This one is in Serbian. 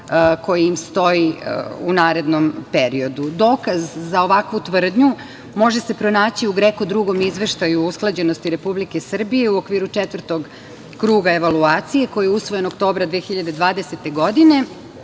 koji im stoji u narednom periodu. Dokaz za ovakvu tvrdnju može se pronaći u GREKO drugom izveštaju o usklađenosti Republike Srbije u okviru Četvrtog kruga evaluacije koji je usvoje oktobra 2020. godine